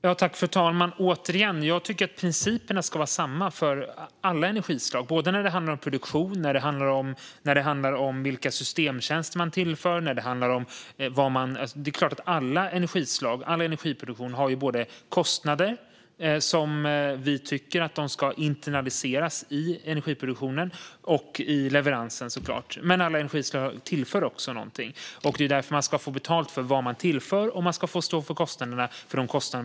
Fru talman! Återigen vill jag säga att jag tycker att principerna ska vara desamma för alla energislag, oavsett om det handlar om produktion eller om vilka systemtjänster man tillför. All energiproduktion har kostnader, och dessa kostnader tycker vi ska internaliseras i energiproduktionen och i leveransen. Men alla energislag tillför också något. Det är därför man ska få betalt för vad man tillför, och man ska stå för de kostnader man har orsakat.